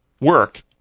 work